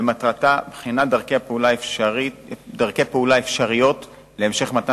שמטרתה בחינת דרכי פעולה אפשריות להמשך מתן